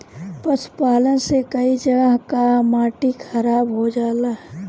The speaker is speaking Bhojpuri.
पशुपालन से कई जगह कअ माटी खराब हो जाला